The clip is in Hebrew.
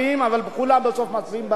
אבל כולם בסוף מצביעים בעד,